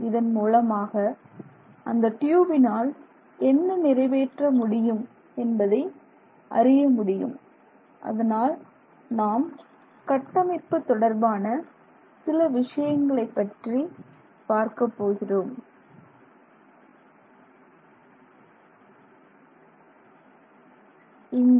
இதன் மூலமாக அந்த ட்யுபினால் என்ன நிறைவேற்ற முடியும் என்பதை அறிய முடியும் அதனால் நாம் கட்டமைப்பு தொடர்பான சில விஷயங்களை பற்றி பார்க்க போகிறோம்